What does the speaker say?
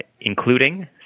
including